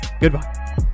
Goodbye